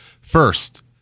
First